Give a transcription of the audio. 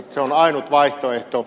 se on ainut vaihtoehto